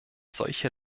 solche